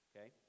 Okay